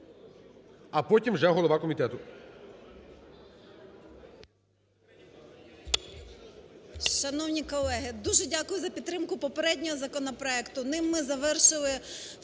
А потім вже голова комітету.